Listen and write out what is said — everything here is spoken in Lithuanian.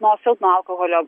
nuo silpno alkoholio